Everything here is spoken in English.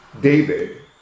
David